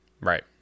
Right